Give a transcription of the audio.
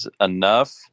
enough